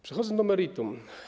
Przechodzę do meritum.